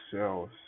cells